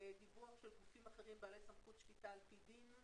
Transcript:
דיווח של גופים אחרים בעלי סמכות שפיטה על פי דין,